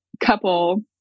couple